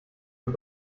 und